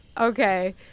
Okay